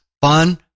fun